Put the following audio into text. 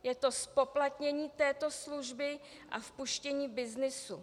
Je to zpoplatnění této služby a vpuštění byznysu.